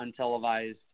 untelevised